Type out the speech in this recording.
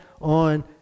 on